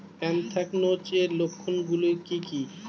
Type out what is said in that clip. Anthracnose এর লক্ষণ গুলো কি কি?